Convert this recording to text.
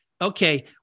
okay